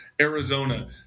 Arizona